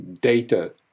data